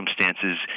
circumstances